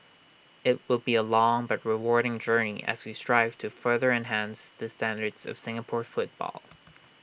IT will be A long but rewarding journey as we strive to further enhance the standards of Singapore football